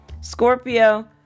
Scorpio